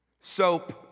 soap